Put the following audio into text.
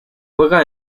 juega